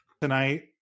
tonight